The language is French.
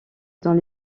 dans